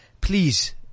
Please